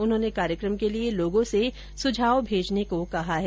उन्होंने कार्यक्रम के लिए लोगों से सुझाव भेजने को कहा है